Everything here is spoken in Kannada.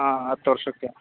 ಹಾಂ ಹತ್ತು ವರ್ಷಕ್ಕೆ